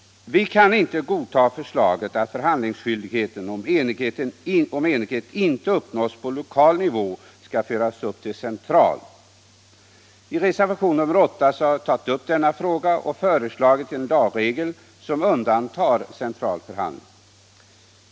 Vi kan inte godta förslaget att förhandlingsskyldigheten —- om enighet inte uppnås på lokal nivå — skall föras upp till centralorganisation. I reservation nr 8 har vi tagit upp denna fråga och föreslagit en lagregel som undantar central förhandling.